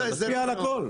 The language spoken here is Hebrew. זה משפיע על הכול.